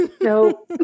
no